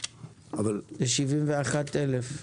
ל-71,000,